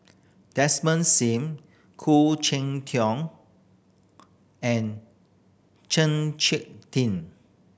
Desmond Sim Khoo Cheng Tiong and Chng Tin